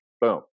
boom